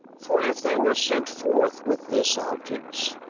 for if they were sent forth with this object,